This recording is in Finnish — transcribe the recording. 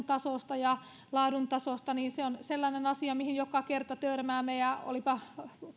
tasosta ja laadun tasosta niin se on sellainen asia mihin joka kerta törmäämme ja olipa